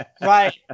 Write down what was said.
right